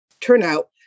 turnout